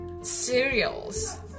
cereals